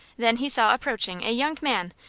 then he saw approaching a young man,